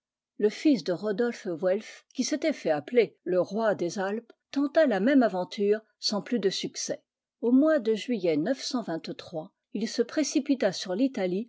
le fils de rodolphe wclf qui s'était fait appeler le roi des alpes tenta la même aventure sans plus de succès au mois de juillet il se précipita sur l'italie